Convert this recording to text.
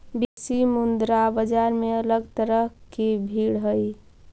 विदेशी मुद्रा बाजार में भी अलग तरह की भीड़ हई